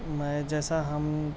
میں جیسا ہم